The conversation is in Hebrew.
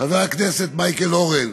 חבר הכנסת מייקל אורן,